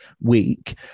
week